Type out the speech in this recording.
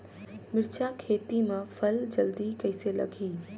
मिरचा खेती मां फल जल्दी कइसे लगही?